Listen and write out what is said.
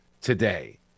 today